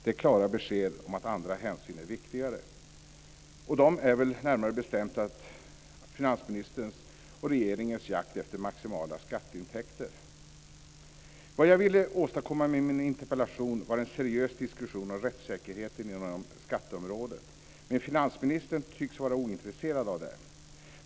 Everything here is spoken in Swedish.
Det är klara besked om att andra hänsyn är viktigare. Och de är väl närmare bestämt finansministerns och regeringens jakt på maximala skatteintäkter. Det jag ville åstadkomma med min interpellation var en seriös diskussion om rättssäkerheten inom skatteområdet. Men finansministern tycks vara ointresserad av den.